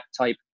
type